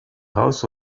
house